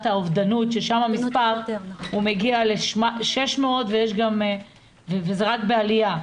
האובדנות ששם המספר מגיע ל-600 וזה רק בעליה,